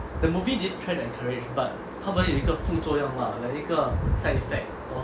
the movie didn't try to encourage but 他们有一个副作用啦 like 一个 side effect